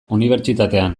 unibertsitatean